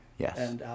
Yes